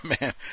man